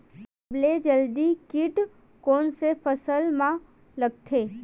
सबले जल्दी कीट कोन से फसल मा लगथे?